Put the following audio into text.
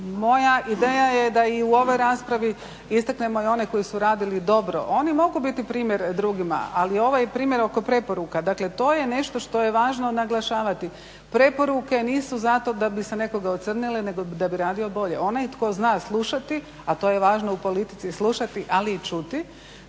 moja ideja je da i u ovoj raspravi istaknemo i one koji su radili dobro. Oni mogu biti primjer drugima, ali ovaj primjer oko preporuka, dakle to je nešto što je važno naglašavati. Preporuke nisu zato da bi se nekoga ocrnile nego da bi radio bolje. Onaj tko zna slušati, a to je važno u politici slušati, ali i čuti,